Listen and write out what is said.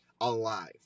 alive